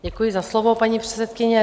Děkuji za slovo, paní předsedkyně.